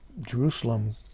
Jerusalem